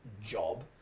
job